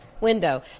window